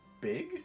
big